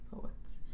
poets